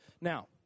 Now